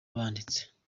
banditse